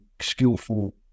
skillful